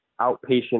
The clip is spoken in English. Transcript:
outpatient